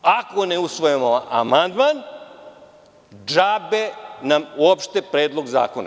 Ako ne usvojimo amandman, džabe nam uopšte Predlog zakona.